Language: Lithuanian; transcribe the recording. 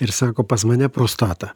ir sako pas mane prostata